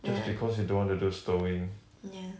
then i~ ya